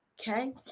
Okay